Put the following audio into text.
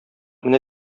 менә